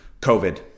COVID